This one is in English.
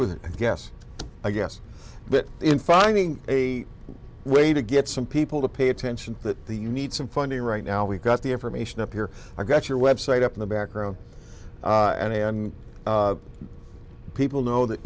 with it i guess i guess but in finding a way to get some people to pay attention that you need some funding right now we've got the information up here i've got your website up in the back row and people know that